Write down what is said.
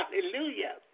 hallelujah